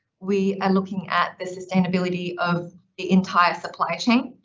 we are looking at the sustainability of the entire supply chain,